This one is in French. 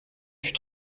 fut